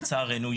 לצערנו,